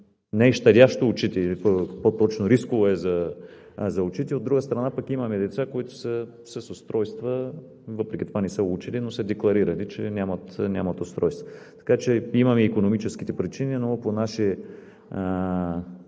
не е щадящо очите, по-скоро рисково е за очите. От друга страна, имаме деца, които са с устройства, въпреки това не са учили, но са декларирали, че нямат устройства. Така че имаме икономическите причини, но по наши